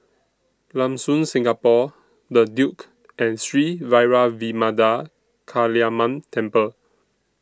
Lam Soon Singapore The Duke and Sri Vairavimada Kaliamman Temple